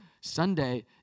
Sunday